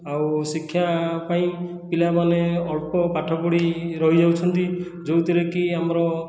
ଆଉ ଶିକ୍ଷା ପାଇଁ ପିଲାମାନେ ଅଳ୍ପ ପାଠ ପଢ଼ି ରହିଯାଉଛନ୍ତି ଯେଉଁଥିରେ କି ଆମର